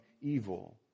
evil